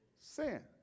sin